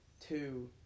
Two